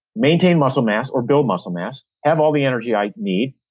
maintain muscle mass or build muscle mass, have all the energy i need,